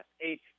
eight